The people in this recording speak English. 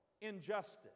injustice